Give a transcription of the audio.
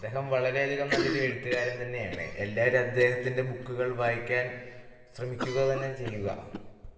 അദ്ദേഹം വളരെയധികം നല്ലൊരു എഴുത്തുകാരൻ തന്നെയാണ് എല്ലാവരും അദ്ദേഹത്തിൻ്റെ ബുക്കുകൾ വായിക്കാൻ ശ്രമിക്കുക തന്നെ ചെയ്യുക